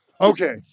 okay